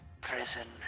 prison